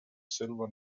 silver